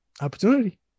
opportunity